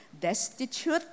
destitute